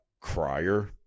crier